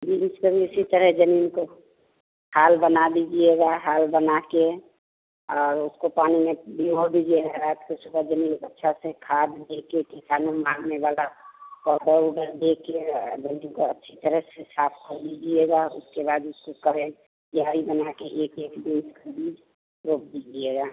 बीज उसका भी इसी तरह जमीन को हाल बना दीजिएगा हाल बना के और उसको पानी में भिगो दीजिएगा रात को सुबह जमीन को अच्छा से खाद लेके कीटाणु मारने वाला पौधा ऊधा देके जमीन को अच्छी तरह से साफ कर लीजिएगा उसके बाद उसको कियाई बना के एक एक बीन्स का बीज रोप दीजिएगा